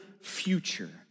future